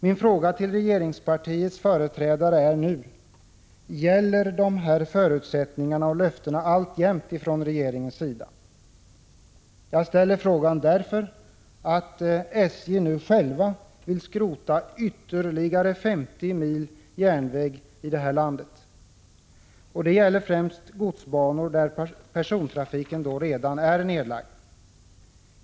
Min fråga till regeringspartiets företrädare är nu: Gäller dessa förutsättningar och löften alltjämt från regeringens sida? Jag ställer frågan därför att SJ nu självt vill skrota ytterligare 50 mil järnväg i det här landet. Och det gäller främst godsbanor, där persontrafiken redan är nedlagd.